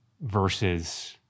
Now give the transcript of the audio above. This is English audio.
Versus